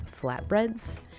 flatbreads